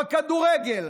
בכדורגל,